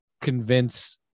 convince